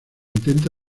intente